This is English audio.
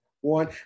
one